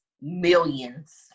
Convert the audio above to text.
millions